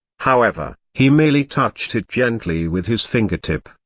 however, he merely touched it gently with his fingertip,